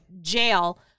jail